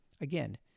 again